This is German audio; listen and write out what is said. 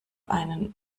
einen